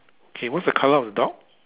K what's the colour of the dog